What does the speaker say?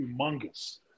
humongous